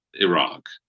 Iraq